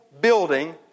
building